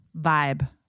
vibe